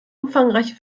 umfangreiche